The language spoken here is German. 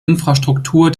infrastruktur